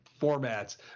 formats